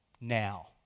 Now